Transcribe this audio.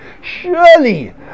surely